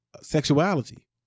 sexuality